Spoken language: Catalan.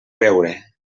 beure